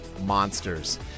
monsters